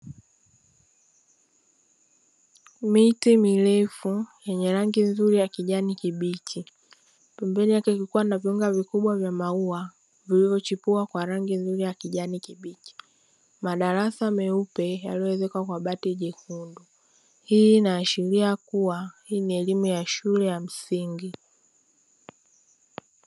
Miti mirefu yenye rangi nzuri ya kijani kibichi pembeni yake kikiwa na viunga vikubwa vya maua vilivochipua kwa rangi nzuri ya kijani kibichi madarasa meupe yaliyoezekwa kwa bati jekundu, hii inaashiria kuwa hii ni elimu ya shule ya msingi.